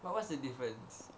but what's the difference